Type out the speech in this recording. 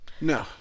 No